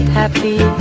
happy